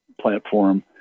platform